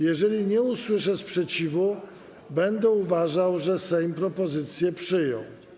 Jeżeli nie usłyszę sprzeciwu, będę uważał, że Sejm propozycję przyjął.